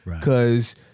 Cause